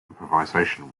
improvisation